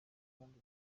abandi